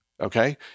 Okay